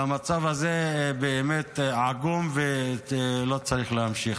והמצב הזה באמת עגום ולא צריך להמשיך.